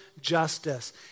justice